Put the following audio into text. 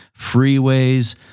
freeways